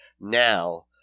Now